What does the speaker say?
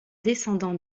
descendants